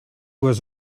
was